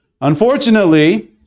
Unfortunately